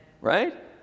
Right